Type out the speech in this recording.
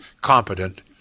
competent